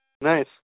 Nice